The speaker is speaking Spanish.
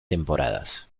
temporadas